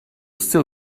still